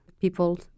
people